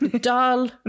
doll